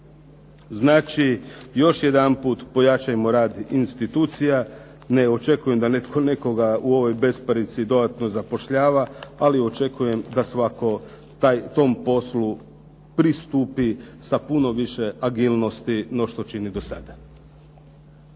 Znači, još jedanput pojačajmo rad institucija. Ne očekujem da netko nekoga u ovoj besparici dodatno zapošljava, ali očekujem da svatko tom poslu pristupi sa puno više agilnosti no što čini do sada.